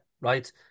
right